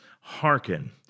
Hearken